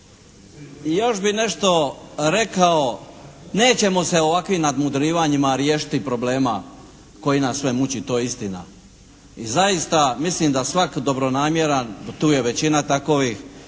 I još bih nešto rekao, nećemo se ovakvim nadmudrivanjima riješiti problema koji nas sve muči, to je istina. I zaista mislim da svak dobronamjeran, tu je većina takovih